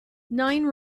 nine